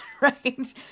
right